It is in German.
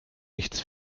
nichts